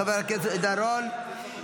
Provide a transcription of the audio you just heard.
חבר הכנסת עידן רול,